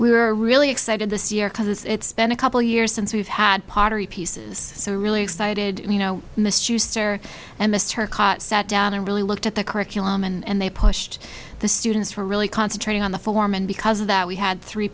we were really excited this year because it's been a couple years since we've had pottery pieces so we're really excited you know misuse or and missed her cot sat down and really looked at the curriculum and they pushed the students were really concentrating on the form and because of that we had three